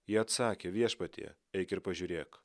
ji atsakė viešpatie eik ir pažiūrėk